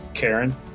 Karen